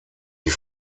die